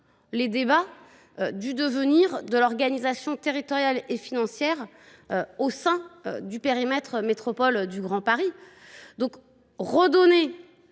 sur le devenir de l’organisation territoriale et financière au sein du périmètre de la métropole du Grand Paris. Redonner